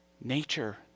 Nature